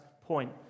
point